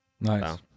nice